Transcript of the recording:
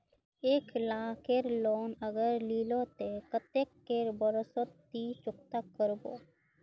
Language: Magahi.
एक लाख केर लोन अगर लिलो ते कतेक कै बरश सोत ती चुकता करबो?